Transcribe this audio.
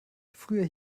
früher